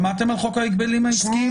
שמעתם על חוק ההגבלים העסקיים, למשל?